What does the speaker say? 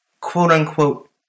quote-unquote